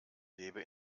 lebe